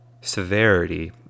severity